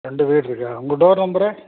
ரெண்டு வீடு இருக்கா உங்கள் டோர் நம்பரு